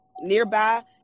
nearby